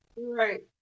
Right